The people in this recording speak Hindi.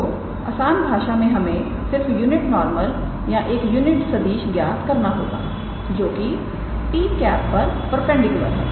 तोआसान भाषा में हमें सिर्फ यूनिट नॉरमल या एक यूनिट सदिश ज्ञात करना होगा जो कि 𝑡̂ पर परपेंडिकुलर है